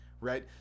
right